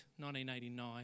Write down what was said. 1989